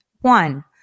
One